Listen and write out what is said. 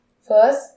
First